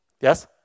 Yes